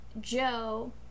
Joe